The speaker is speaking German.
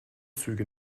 züge